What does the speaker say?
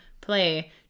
play